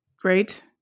great